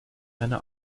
keine